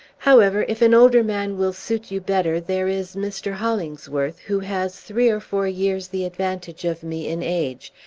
however, if an older man will suit you better, there is mr. hollingsworth, who has three or four years the advantage of me in age,